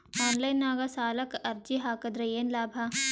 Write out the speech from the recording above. Online ನಾಗ್ ಸಾಲಕ್ ಅರ್ಜಿ ಹಾಕದ್ರ ಏನು ಲಾಭ?